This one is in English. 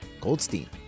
Goldstein